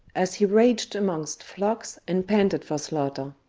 as he raged amongst flocks and panted for slaughter.